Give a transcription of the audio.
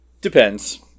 Depends